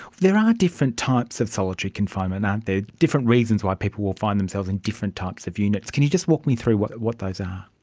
there are different types of solitary confinement, aren't there, different reasons why people will find themselves in different types of units. can you just walk me through what what those are?